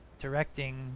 directing